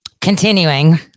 continuing